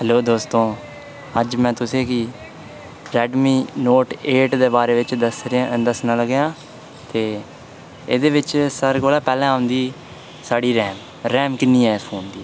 hello दोस्तो अज्ज में तुसेंगी रेड मी नोट एट दे बारै बिच दस्सन लगां एह्दे बिच सारें कोला पैह्लें औंदी साढ़ी रैम रैम कि'न्नी ऐ इस फोन दी